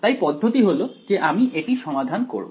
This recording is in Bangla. তাই পদ্ধতি হল যে আমি এটি সমাধান করব